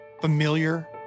familiar